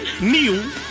new